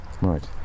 right